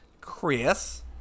Chris